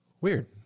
weird